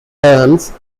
terms